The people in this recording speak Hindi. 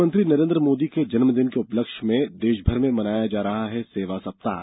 प्रधानमंत्री नरेन्द्र मोदी के जन्म दिन के उपलक्ष्य में देशभर में मनाया जा रहा है सेवा सप्ताह